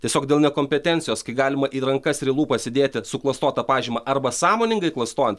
tiesiog dėl nekompetencijos kai galima į rankas ir į lūpas įdėti suklastotą pažymą arba sąmoningai klastojant